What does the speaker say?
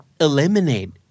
eliminate